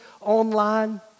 online